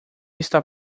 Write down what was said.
está